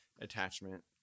attachment